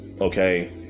Okay